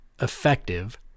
effective